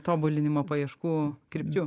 tobulinimo paieškų krypčių